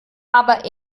aber